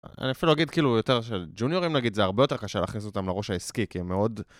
אני אפילו אגיד כאילו יותר של ג'וניורים נגיד זה הרבה יותר קשה להכניס אותם לראש העסקי כי הם מאוד